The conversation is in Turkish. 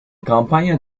kampanya